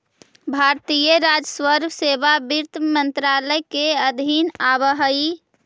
भारतीय राजस्व सेवा वित्त मंत्रालय के अधीन आवऽ हइ